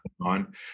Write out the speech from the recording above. on